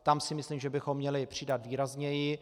Tam si myslím, že bychom měli přidat výrazněji.